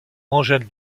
angèle